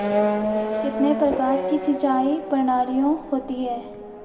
कितने प्रकार की सिंचाई प्रणालियों होती हैं?